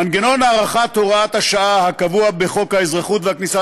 מנגנון הארכת הוראת השעה הקבוע בחוק האזרחות והכניסה